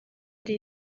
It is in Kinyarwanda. ari